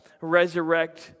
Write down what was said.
resurrect